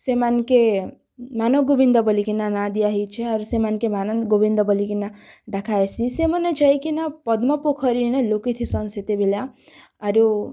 ସେମାନ୍କେ ମାନଗୋବିନ୍ଦ ବୋଲିକିନା ନାଁ ଦିଆହେଇଛେ ଆର୍ ସେମାନ୍କେ ମାନଗୋବିନ୍ଦ ବୋଲିକିନା ଡ଼କାହେସି ସେମାନେ ଯାଇକିନା ପଦ୍ମ ପୋଖରୀ ନ ଲୁକିଥିସନ୍ ସେତେବେଲେ ଆରୁ